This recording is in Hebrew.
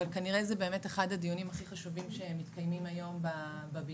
כנראה זה באמת אחד הדיונים הכי חשובים שמתקיימים היום בבניין,